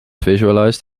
visualized